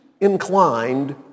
inclined